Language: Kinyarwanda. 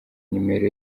nimero